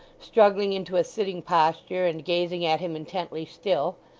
struggling into a sitting posture and gazing at him intently, still,